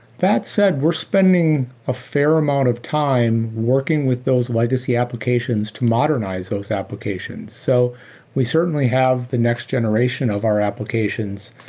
that said, we're spending a fair amount of time working with those legacy applications to modernize those applications. so we certainly have the next generation of our applications,